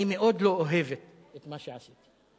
אני מאוד לא אוהבת את מה שעשיתי.